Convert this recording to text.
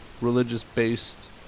religious-based